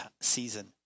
season